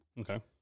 Okay